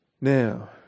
Now